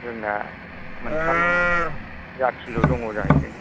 जोंना मोनथाम जाथिल' दङ जाहैदों